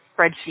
spreadsheet